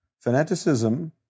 Fanaticism